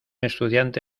estudiante